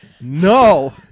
No